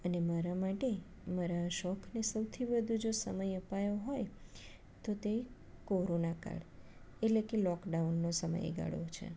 અને મારા માટે મારા શોખની સૌથી વધુ જો સમય અપાયો હોય તો તે કોરોના કાળ એટલે કે લોકડાઉનનો સમયગાળો છે